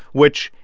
which,